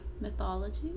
Mythology